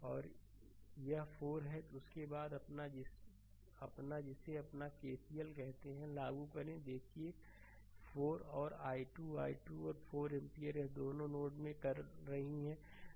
slide समय देखें 1902 यह 4 है और उसके बाद अपना जिसे अपना केसीएल कहते हैं को लागू करें देखिए 4 और i2 i2 और 4 एम्पीयर यह दोनों नोड में कर रही है